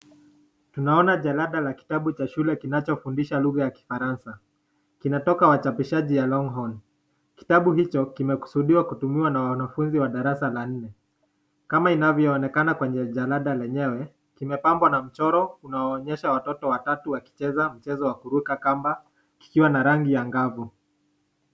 Tunaona jalada la kitabu cha shule kinacho fundisha lugha ya kifaransa. Kinatoka wachapishaji ya Longhorn. Kitabu hicho kimekusudiwa kutumika na wanafunzi wa darasa la nne. Kama inavyo onekana kwenye jalada lenyewe kimepambwa na mchoro inaonyesha watoto watatu wakicheza mchezo wa kuruka kamba ikiwa na rangi ya ngavu.